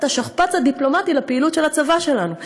השכפ"ץ הדיפלומטי לפעילות של הצבא שלנו.